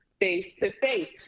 face-to-face